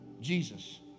Jesus